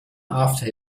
after